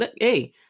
hey